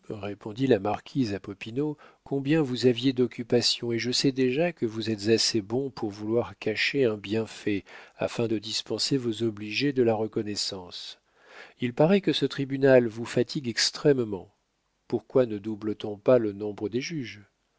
répondit la marquise à popinot combien vous aviez d'occupations et je sais déjà que vous êtes assez bon pour vouloir cacher un bienfait afin de dispenser vos obligés de la reconnaissance il paraît que ce tribunal vous fatigue extrêmement pourquoi ne double t on pas le nombre des juges